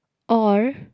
or